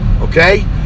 okay